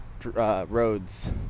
Roads